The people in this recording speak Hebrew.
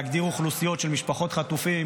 להגדיר גם אוכלוסיות של משפחות חטופים,